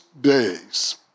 days